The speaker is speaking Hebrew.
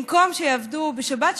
במקום שיעבדו בשבת,